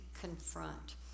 confront